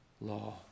law